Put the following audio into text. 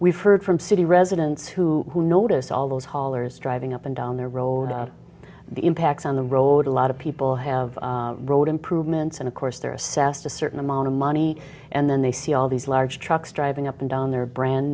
we've heard from city residents who notice all those hollers driving up and down the road the impacts on the road a lot of people have road improvements and of course there are assessed a certain amount of money and then they see all these large trucks driving up and down their brand